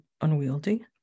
unwieldy